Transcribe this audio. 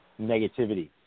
negativity